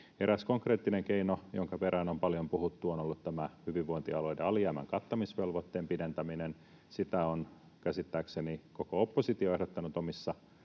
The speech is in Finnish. Eräs konkreettinen keino, jonka perään on paljon puhuttu, on ollut tämä hyvinvointialueiden alijäämän kattamisvelvoitteen pidentäminen. Sitä on käsittääkseni koko oppositio ehdottanut omissa